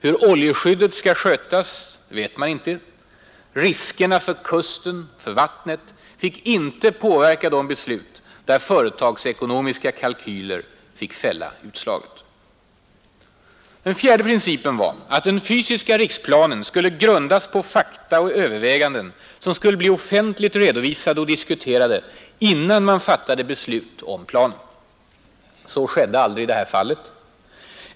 Hur oljeskyddet skall skötas vet man inte. Riskerna för kusten och vattnet fick inte påverka det beslut, där företagsekonomiska kalkyler fick fälla utslaget. 4) Den fjärde principen var att den fysiska riksplanen skulle grundas på fakta och överväganden, som skulle bli offentligt redovisade och diskuterade innan man fattade beslut om planen. Så skedde aldrig i det här fallet.